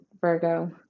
Virgo